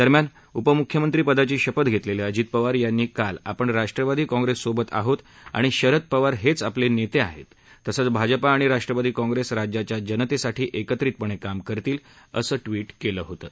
दरम्यान उपमुख्यमंत्री पदाची शपथ घेतलेले अजित पवार यांनी काल आपण राष्ट्रवादी काँप्रेससोबत आहोत आणि शरद पवार हेच आपले नेते आहेत तसंच भाजपा आणि राष्ट्रवादी कॉंप्रेस राज्याच्या जनतेसाठी एकत्रितपणे काम करतील असं ट्विट केलं होतं